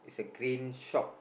the green shop